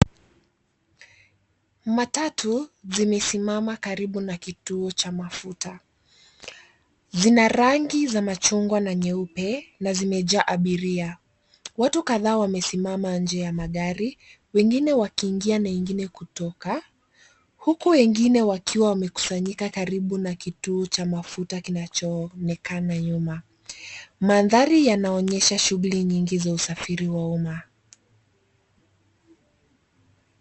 Matatu zimesimama karibu na kituo cha mafuta. Zina rangi za machungwa na nyeupe na zimejaa abiria, watu kadhaa wamesimama nje ya magari wengine wakiingia na wengine wakitoka, huku wengine wakiwa wamekusanyika karibu na kituo cha mafuta kinachoonekana nyuma. Mandhari yanaonyesha shughuli nyingi za usafiri wa umma.